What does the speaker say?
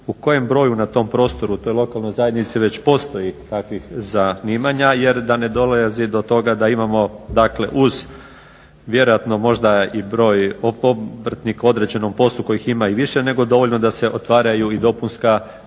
u kojem broju na tom prostoru, u toj lokalnoj zajednici već postoji takvih zanimanja. Jer da ne dolazi do toga da imamo dakle uz, vjerojatno možda i broj obrtnika u određenom poslu kojih ima i više nego dovoljno da se otvaraju i dopunska